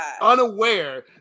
Unaware